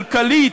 כלכלית,